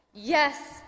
Yes